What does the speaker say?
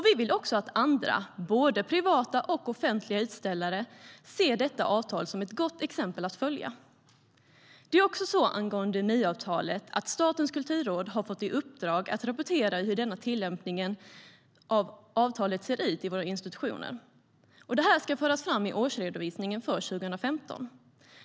Vi vill också att andra utställare, både privata och offentliga, ser detta avtal som ett gott exempel att följa. Det är också så, angående MU-avtalet, att Statens kulturråd har fått i uppdrag att rapportera hur tillämpningen av avtalet ser ut i våra institutioner, och det ska föras fram i årsredovisningen för 2015.